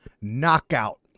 Knockout